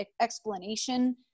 explanation